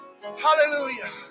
Hallelujah